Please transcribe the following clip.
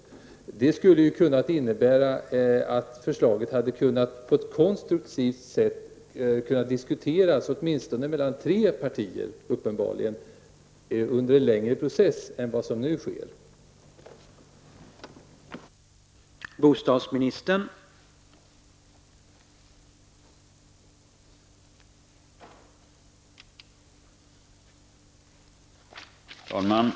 Då hade förslaget på ett konstruktivt sätt uppenbarligen kunnat diskuteras åtminstone mellan tre partier, och det hade kunnat ske under en längre process än vad som nu blir fallet.